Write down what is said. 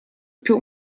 più